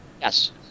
Yes